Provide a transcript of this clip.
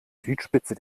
südspitze